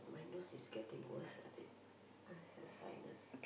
um my nose is getting worse I think I have s~ sinus